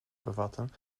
bevatten